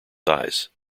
size